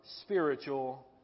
spiritual